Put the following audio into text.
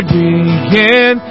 begin